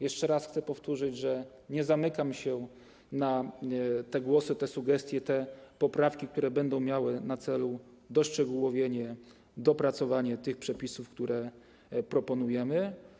Jeszcze raz chcę powtórzyć, że nie zamykam się na głosy, sugestie czy poprawki, które będą miały na celu uszczegółowienie, dopracowanie przepisów, które proponujemy.